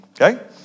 okay